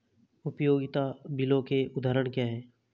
उपयोगिता बिलों के उदाहरण क्या हैं?